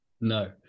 No